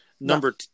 Number